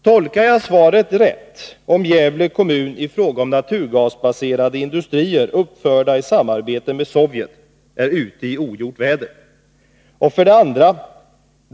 Tolkar jag svaret rätt, om jag drar slutsatsen att Gävle kommun i fråga om naturgasbaserade industrier uppförda i samarbete med Sovjet är ute i ogjort väder? 2.